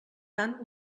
tant